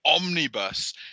omnibus